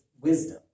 wisdom